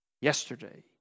yesterday